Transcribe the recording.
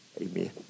Amen